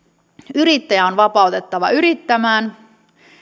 yrittäjä on vapautettava yrittämään